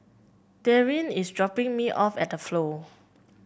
Daryn is dropping me off at The Flow